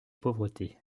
pauvreté